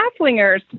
halflingers